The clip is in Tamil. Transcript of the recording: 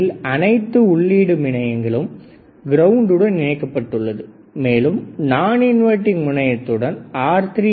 அதில் அனைத்து உள்ளீடு முனையங்களும் கிரௌண்டுடன் இணைக்கப்பட்டுள்ளது மேலும் நான் இன்வெர்டிங் முனையதுடன் R3 என்ற மின்தடை இணைக்கப்பட்டுள்ளது